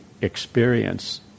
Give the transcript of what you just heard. experience